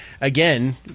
again